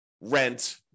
rent